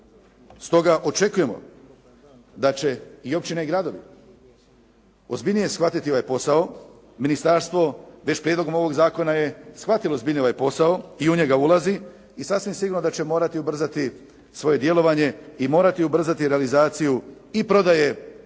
Stoga očekujemo da će i općine i gradovi ozbiljnije shvatiti ovaj posao. Ministarstvo već prijedlogom ovoga zakona je shvatilo ozbiljnije ovaj posao i u njega ulazi i sasvim sigurno da će morati ubrzati svoje djelovanje i morati ubrzati realizaciju i prodaje